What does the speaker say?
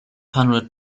hundred